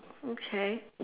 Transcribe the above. okay